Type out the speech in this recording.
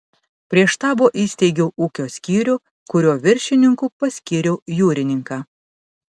prie štabo įsteigiau ūkio skyrių kurio viršininku paskyriau jūrininką